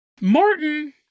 Martin